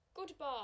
Goodbye